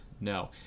no